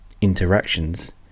interactions